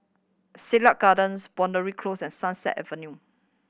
Siglap Gardens Boundary Close and Sunset Avenue